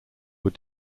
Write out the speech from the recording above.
were